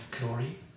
glory